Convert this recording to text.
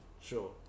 Sure